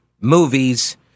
movies